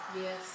Yes